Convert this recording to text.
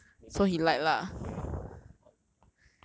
so means maybe he did prey on